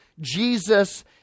Jesus